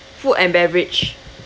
food and beverage